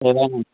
ఏదైన